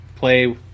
play